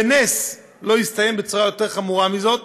בנס זה לא הסתיים בצורה יותר חמורה מזאת,